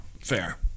Fair